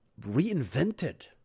reinvented